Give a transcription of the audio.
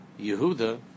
Yehuda